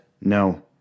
No